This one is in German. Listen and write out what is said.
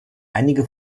einige